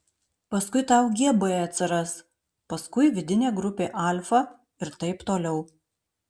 paskui tau gb atsiras paskui vidinė grupė alfa ir taip toliau